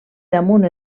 damunt